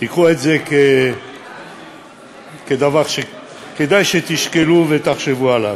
קחו את זה כדבר שכדאי שתשקלו ותחשבו עליו.